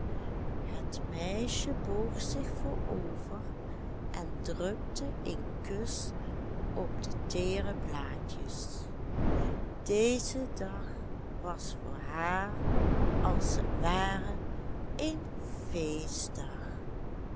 het meisje boog zich voorover en drukte een kus op de teere blaadjes deze dag was voor haar als t ware een feestdag